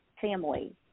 family